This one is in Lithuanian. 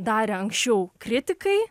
darė anksčiau kritikai